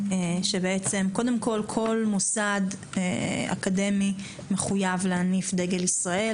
קודם כול כל מוסד אקדמי מחויב להניף דגל ישראל